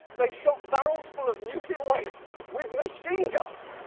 they shot barrels full of nuclear waste with machine guns!